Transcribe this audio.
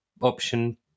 option